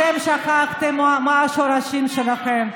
אתם שכחתם מה השורשים שלכם.